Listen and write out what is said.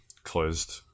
closed